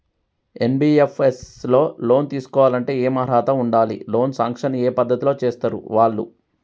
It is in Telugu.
ఎన్.బి.ఎఫ్.ఎస్ లో లోన్ తీస్కోవాలంటే ఏం అర్హత ఉండాలి? లోన్ సాంక్షన్ ఏ పద్ధతి లో చేస్తరు వాళ్లు?